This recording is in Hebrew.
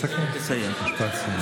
תסכם, משפט סיום.